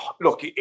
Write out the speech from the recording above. look